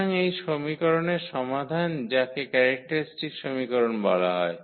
সুতরাং এই সমীকরনের সমাধান যাকে ক্যারেক্টারিস্টিক সমীকরণ বলা হয়